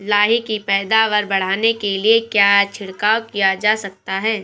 लाही की पैदावार बढ़ाने के लिए क्या छिड़काव किया जा सकता है?